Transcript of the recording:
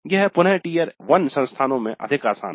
यह पुनः टियर 1 संस्थानों में अधिक आसान है